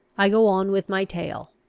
i go on with my tale.